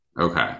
Okay